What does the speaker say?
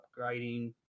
upgrading